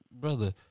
brother